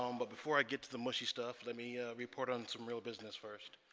um but before i get to the mushy stuff let me report on some real business first